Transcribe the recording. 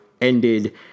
ended